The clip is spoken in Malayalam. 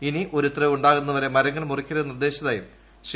ഇനി ഒരുത്തരവ് ഉണ്ടാകുന്നതുവരെ മരങ്ങൾ മുറിക്കരുതെന്ന് നിർദ്ദേശിച്ചതായും ശ്രീ